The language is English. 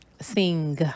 Sing